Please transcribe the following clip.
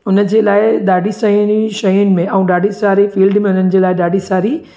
उन जे ॾाढी सारियूं इन शयुनि में ऐं ॾाढी सारी फील्ड में ॾाढी सारी